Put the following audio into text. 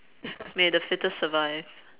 may the fittest survive